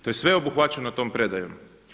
To je sve obuhvaćeno tom predajom.